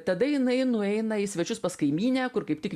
tada jinai nueina į svečius pas kaimynę kur kaip tik